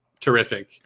terrific